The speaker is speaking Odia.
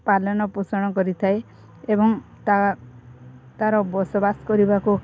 ପାଳନ ପୋଷଣ କରିଥାଏ ଏବଂ ତା ତାର ବସବାସ କରିବାକୁ